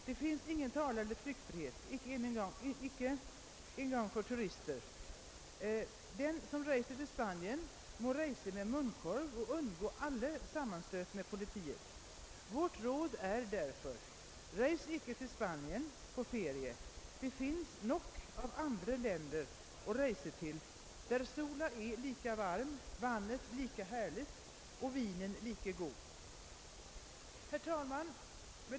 Det finnes ingen taleeller trykkefrihet. Ikke en gang for turister. Den som reiser til Spania må reise med munnkurv, og ungå alle sammenstgt med politiet. Vårt råd er derfor: Reis ikke til Spania på ferie. Det finnes nok av andre land å reise til, der sola er like varm, vannet like herlig og vinen like god.» Herr talman!